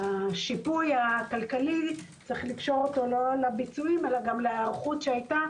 השיפוי הכלכלי יש לקשור אותו לא רק לביצועים אלא גם להיערכות שהיתה.